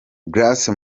grace